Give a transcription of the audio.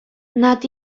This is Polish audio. nad